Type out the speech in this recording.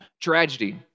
Tragedy